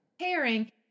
pairing